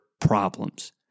problems